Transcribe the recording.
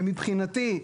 ומבחינתי,